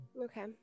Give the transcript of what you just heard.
Okay